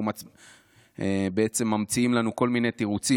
אנחנו בעצם ממציאים לנו כל מיני תירוצים